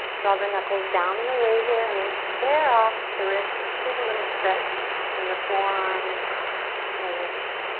draw the knuckles down and away here and then square off the wrists just to get a little stretch in the forearm and the wrist.